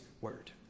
word